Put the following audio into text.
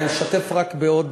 נשתף רק בעוד